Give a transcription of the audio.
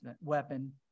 weapon